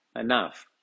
enough